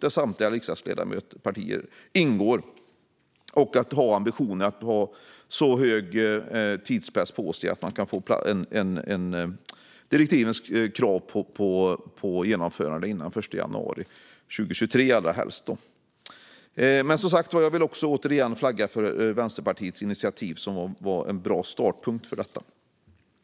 där samtliga riksdagspartier ingår. Ambitionen bör vara att ha så stor tidspress på sig att man har något som uppfyller direktivets krav på genomförande på plats före den 1 januari 2023. Jag vill också, återigen, flagga för Vänsterpartiets initiativ, som var en bra startpunkt för detta.